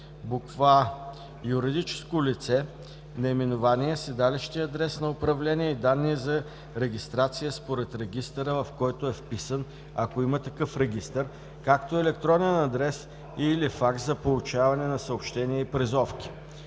е: а) юридическо лице: наименование, седалище и адрес на управление, и данни за регистрация според регистъра, в който е вписан, ако има такъв регистър, както и електронен адрес и/или факс за получаване на съобщения и призовки;